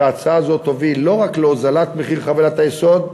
ספק שההצעה הזאת תוביל לא רק להוזלת חבילת היסוד,